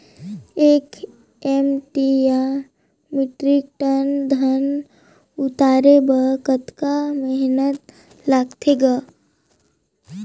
एक एम.टी या metric ton धन उतारे बर कतका मेहनती लगथे ग?